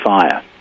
fire